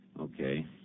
Okay